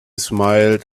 smiled